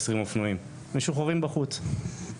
אני עושה ארעי כמו שהחבר'ה פה אומרים.